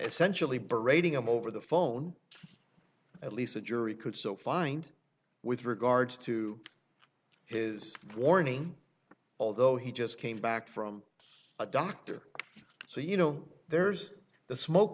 essentially parading him over the phone at least a jury could so find with regards to his warning although he just came back from a doctor so you know there's the smoke